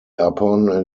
upon